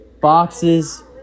Boxes